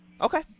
Okay